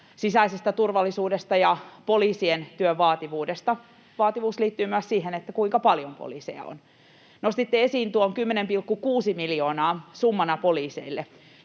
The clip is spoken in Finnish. sisäisestä turvallisuudesta ja poliisien työn vaativuudesta. Vaativuus liittyy myös siihen, kuinka paljon poliiseja on. Nostitte esiin tuon 10,6 miljoonaa summana poliiseille.